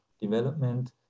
development